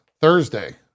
Thursday